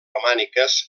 romàniques